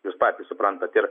jūs patys suprantat ir